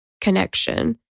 connection